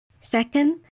Second